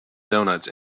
donuts